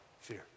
fear